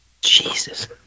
Jesus